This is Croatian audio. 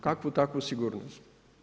Kakvu takvu sigurnost.